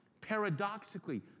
paradoxically